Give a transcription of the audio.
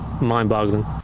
mind-boggling